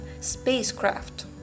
spacecraft